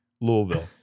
louisville